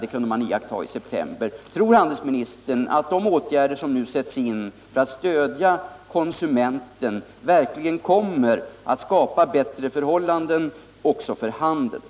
Tror handelsministern att de åtgärder som nu sätts in för att stödja konsumenterna verkligen kommer att skapa bättre förhållanden också för handeln?